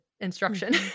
instruction